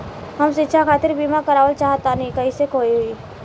हम शिक्षा खातिर बीमा करावल चाहऽ तनि कइसे होई?